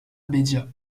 media